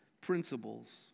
principles